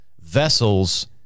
Vessels